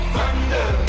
Thunder